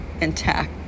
intact